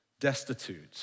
destitute